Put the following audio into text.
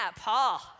Paul